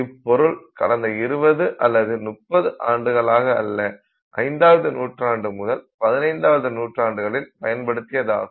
இப்பொருள் கடந்த 20 அல்லது 30 ஆண்டுகளாக அல்ல 5வது நூற்றாண்டு முதல் 15ஆம் நூற்றாண்டுகளில் பயன்படுத்தியதாகும்